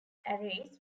ares